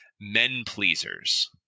men-pleasers